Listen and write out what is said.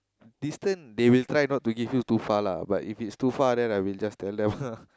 distance they will try not to give you too far lah but if it's too far then I will just tell them